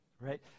right